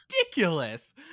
ridiculous